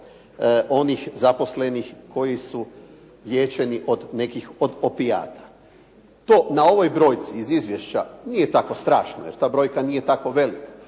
onih zaposlenih koji su liječeni od nekih od opijata. To na ovoj brojci iz izvješća nije tako strašno, jer ta brojka nije tako velika.